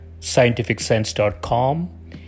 scientificsense.com